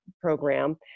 program